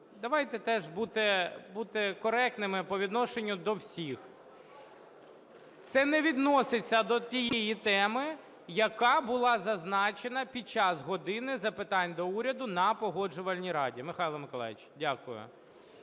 Давайте теж бути коректними по відношенню до всіх. Це не відноситься до тієї теми, яка була зазначена під час "години запитань до Уряду" на Погоджувальній раді. Михайло Миколайович, дякую.